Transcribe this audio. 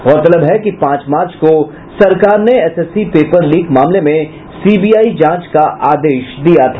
गौरतलब है कि पांच मार्च को सरकार ने एसएससी पेपर लीक मामले में सीबीआई जांच का आदेश दिया था